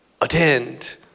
attend